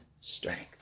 strength